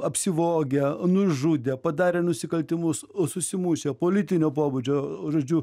apsivogę nužudę padarę nusikaltimus susimušę politinio pobūdžio žodžiu